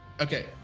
okay